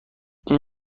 این